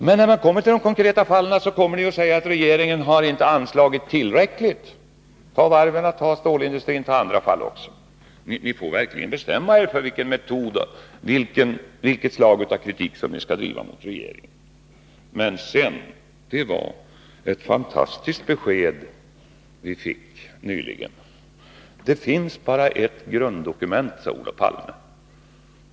Men när det gäller de konkreta fallen säger ni att regeringen inte har anslagit tillräckligt mycket — ta varven, stålindustrin etc. Ni får verkligen bestämma er för vilket slag av kritik ni skall bedriva mot regeringen! Sedan vill jag understryka att det var ett fantastiskt besked vi fick nyligen. Det finns bara ett grunddokument, sade Olof Palme.